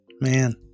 Man